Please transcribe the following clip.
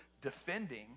defending